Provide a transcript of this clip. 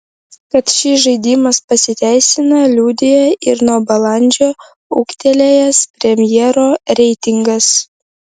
kad šis žaidimas pasiteisina liudija ir nuo balandžio ūgtelėjęs premjero reitingas